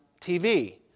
TV